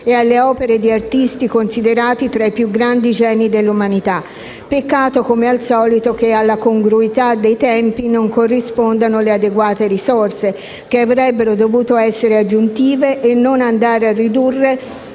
e alle opere di artisti considerati tra i più grandi geni dell'umanità. Peccato, come al solito, che alla congruità dei tempi non corrispondano adeguate risorse, che avrebbero dovuto essere aggiuntive e non andare a ridurre